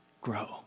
grow